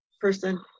person